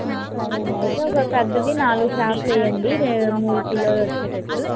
సరే అండి అయితే పెద్దవి నాలుగు చేపలు వేయండి మూడు కిలోలు వచ్చేటట్టు